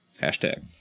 Hashtag